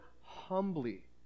humbly